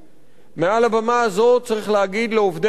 מעל הבמה הזאת צריך להגיד לעובדי הרכבת: